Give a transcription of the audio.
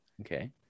Okay